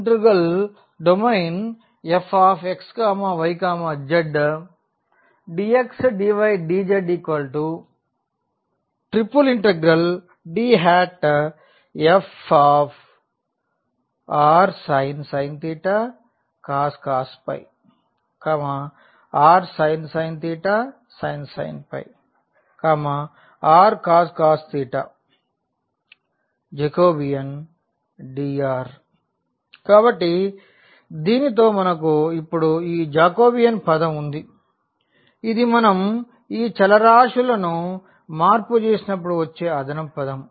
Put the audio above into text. DfxyzdxdydzDfrsin cos rsin sin rcos Jdrdθdϕ దీనితో మనకు ఇప్పుడు ఈ జాకోబియన్ పదం ఉంది ఇది మనం ఈ చలారాషులను మార్పు చేసినప్పుడు వచ్చే అదనపు పదం